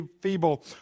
feeble